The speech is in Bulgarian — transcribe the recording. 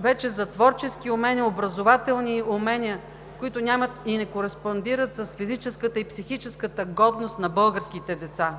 вече за творчески умения, образователни умения, които не кореспондират с физическата и психическата годност на българските деца.